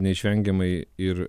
neišvengiamai ir